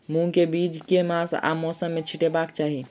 मूंग केँ बीज केँ मास आ मौसम मे छिटबाक चाहि?